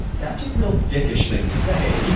that's a real dickish thing to say.